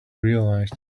realized